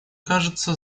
кажется